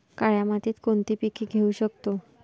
काळ्या मातीत कोणती पिके घेऊ शकतो?